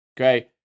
Okay